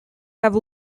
have